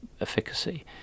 efficacy